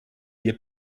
hier